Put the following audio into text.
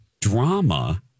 drama